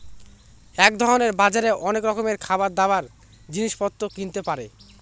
এক ধরনের বাজারে অনেক রকমের খাবার, দাবার, জিনিস পত্র কিনতে পারে